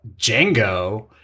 Django